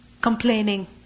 complaining